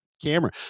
camera